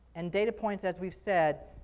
and data points, as we've said,